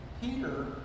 Peter